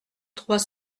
trois